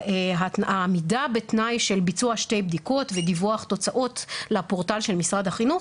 העמידה בתנאי של ביצוע שתי בדיקות ודיווח תוצאות לפורטל של משרד החינוך,